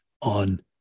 on